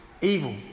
evil